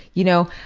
you know?